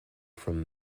from